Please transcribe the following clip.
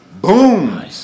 boom